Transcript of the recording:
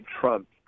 Trump